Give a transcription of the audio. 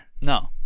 No